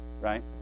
Right